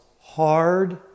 hard